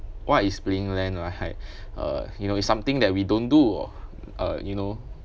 what is playing land ah right uh you know it's something that we don't do oh uh you know